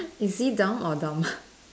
is he dumb or dumb